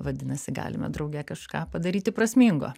vadinasi galime drauge kažką padaryti prasmingo